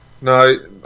No